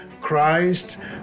christ